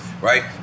right